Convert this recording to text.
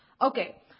okay